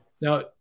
Now